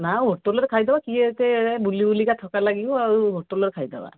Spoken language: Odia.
ନା ହୋଟେଲରେ ଖାଇଦେବା କିଏ ଏତେ ବୁଲି ବୁଲିକା ଥକା ଲାଗିବ ଆଉ ହୋଟେଲରେ ଖାଇଦେବା